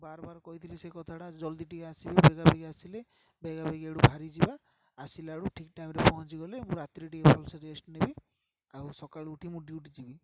ବାର ବାର କହିଥିଲି ସେ କଥାଟା ଜଲ୍ଦି ଟିକିଏ ଆସିବେ ବେଗି ବେଗି ଆସିଲେ ବେଗି ବେଗି ଆଇଠୁ ଭାରି ଯିବା ଆସିଲା ବେଳକୁ ଠିକ୍ ଟାଇମ୍ରେ ପହଞ୍ଚିଗଲେ ମୁଁ ରାତିରେ ଟିକିଏ ଭଲ୍ସେ ରେଷ୍ଟ୍ ନେବି ଆଉ ସକାଳୁ ଉଠି ମୁଁ ଡ୍ୟୁଟି ଯିବି